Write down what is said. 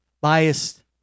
biased